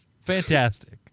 Fantastic